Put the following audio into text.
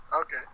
Okay